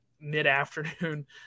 mid-afternoon